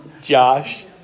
Josh